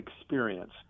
experience